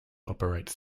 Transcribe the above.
operate